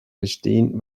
verstehen